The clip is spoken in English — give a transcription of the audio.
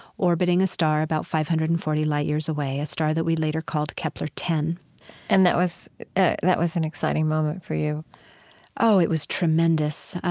orbiting a star about five hundred and forty light years away, a star that we later called kepler ten point and that was ah that was an exciting moment for you oh, it was tremendous.